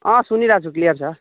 अँ सुनिरहेछु क्लियर छ